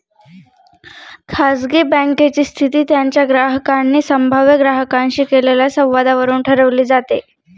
खाजगी बँकेची स्थिती त्यांच्या ग्राहकांनी संभाव्य ग्राहकांशी केलेल्या संवादावरून ठरवली जाते